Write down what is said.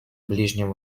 ближнем